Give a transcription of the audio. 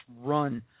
run